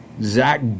Zach